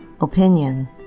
opinion